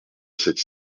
sept